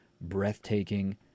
breathtaking